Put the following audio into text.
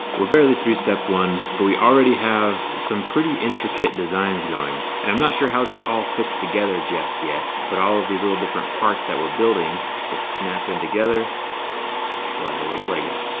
we're barely through step one, but we already have some pretty intricate designs going. and i'm not sure how this all fits together just yet, but all of these little different parts that we're building just snap in together like a little lego.